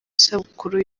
isabukuru